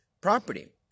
property